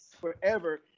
Forever